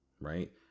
Right